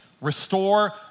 restore